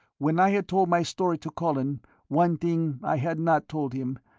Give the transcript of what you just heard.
when i had told my story to colin, one thing i had not told him,